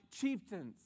chieftains